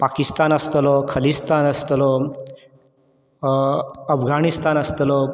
पाकिस्तान आसतलो खलिस्तान आसतलो अफगानिस्तान आसतलो